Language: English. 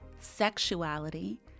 sexuality